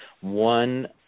One